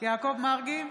יעקב מרגי,